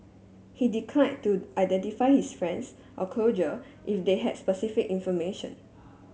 he decline to identify his friends or closure if they had specific information